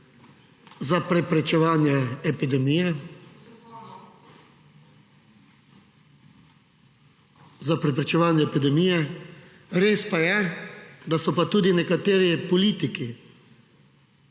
za preprečevanje epidemije. Res pa je, da so pa tudi nekateri politiki,